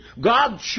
God